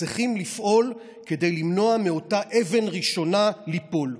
צריכים לפעול כדי למנוע מאותה אבן ראשונה ליפול.